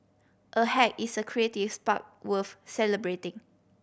a hack is a creative spark worth celebrating